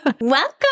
Welcome